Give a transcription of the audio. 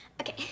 Okay